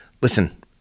listen